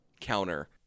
counter